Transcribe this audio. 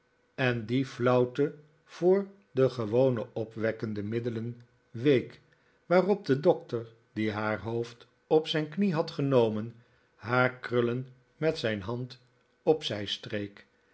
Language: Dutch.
en die flauwte voor de gewone opwekkende middelen week waarop de doctor die haar hoofd op zijn knie had genomen haar krullen met zijn hand op zij streek